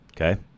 Okay